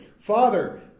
Father